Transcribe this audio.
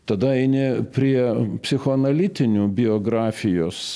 tada eini prie psichoanalitinių biografijos